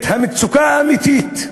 את המצוקה האמיתית.